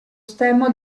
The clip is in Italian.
stemma